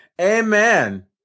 Amen